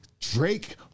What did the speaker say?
Drake